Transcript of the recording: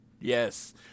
yes